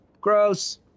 gross